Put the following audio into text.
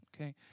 okay